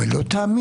ואומר לא תאמינו,